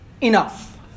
enough